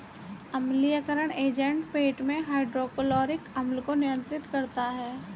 अम्लीयकरण एजेंट पेट में हाइड्रोक्लोरिक अम्ल को नियंत्रित करता है